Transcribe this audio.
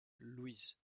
louise